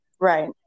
right